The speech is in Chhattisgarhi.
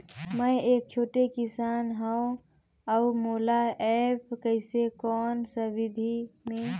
मै एक छोटे किसान हव अउ मोला एप्प कइसे कोन सा विधी मे?